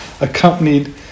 accompanied